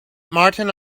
martin